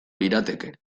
lirateke